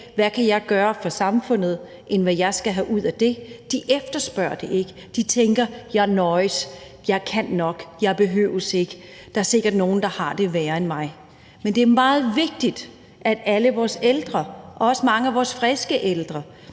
Hvad kan jeg gøre for samfundet? End: Hvad skal jeg have ud af det? De efterspørger det ikke. De tænker: Jeg nøjes, jeg kan nok, jeg behøver det ikke, og der er sikkert nogle, der har det værre end mig. Men det er meget vigtigt, at alle vores ældre, også mange af vores friske ældre,